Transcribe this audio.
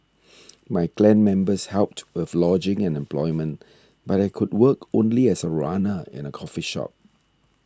my clan members helped with lodging and employment but I could work only as a runner in a coffee shop